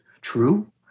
true